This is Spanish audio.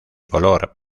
color